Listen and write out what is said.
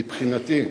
מבחינתי,